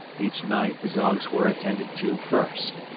each night the dogs were attended to first.